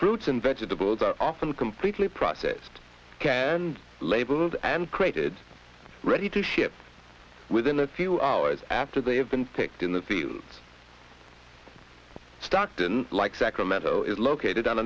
fruits and vegetables are often completely processed can labels and created ready to ship within a few hours after they have been picked in the fields stockton like sacramento is located on